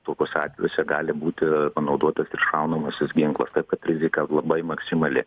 tokiuose atvejuose gali būti panaudotas ir šaunamasis ginklas taip kad rizika labai maksimali